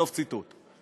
סוף ציטוט.